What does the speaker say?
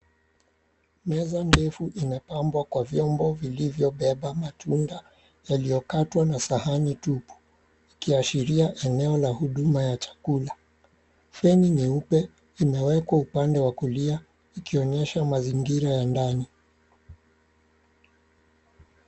Meza ndefu imepambwa kwa vyombo vilivyobeba matunda yaliyokatwa na sahani tupu ikiashiria eneo la huduma ya chakula, feni nyeupe imewekwa upande wa kulia ikionyesha mazingira ya ndani.